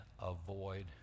avoid